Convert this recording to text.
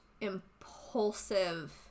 impulsive